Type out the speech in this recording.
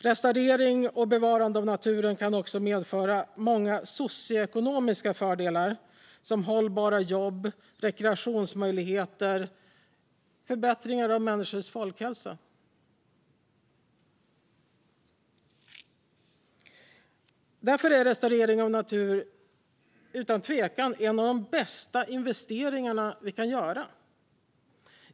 Restaurering och bevarande av naturen kan också medföra många socioekonomiska fördelar, som hållbara jobb, rekreationsmöjligheter och förbättringar av folkhälsan. Därför är restaurering av natur utan tvekan en av de bästa investeringarna vi kan göra.